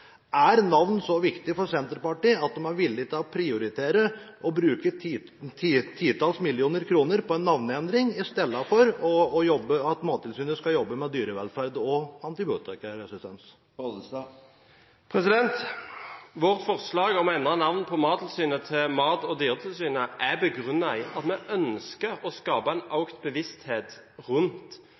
Er navn så viktig for Senterpartiet at de er villige til å prioritere å bruke titalls millioner kroner på en navneendring i stedet for at Mattilsynet skal jobbe med dyrevelferd og antibiotikaresistens? Vårt forslag om å endre navnet på Mattilsynet til Mat- og dyretilsynet er begrunnet i at vi ønsker å skape en økt bevissthet rundt